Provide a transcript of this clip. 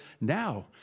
now